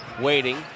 waiting